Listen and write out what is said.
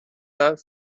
that